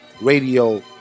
Radio